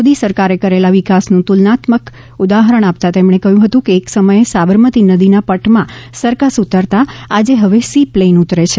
મોદી સરકારે કરેલા વિકાસનું તુલનાત્મક ઉદાહરણ આપતા તેમણે કહ્યું હતું કે એક સમયે સાબરમતી નદીના પટમાં સરકસ ઉતરતા આજે હવે સી પ્લેન ઉતરે છે